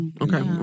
Okay